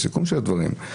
בסיכום של הדברים,